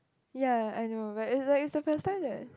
ya I know but it's like it's the first time that